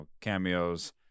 cameos